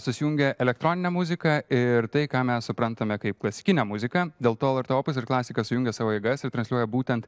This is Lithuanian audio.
susijungia elektroninė muziką ir tai ką mes suprantame kaip klasikinę muziką dėl to lrt ir klasika sujungė savo jėgas ir transliuoja būtent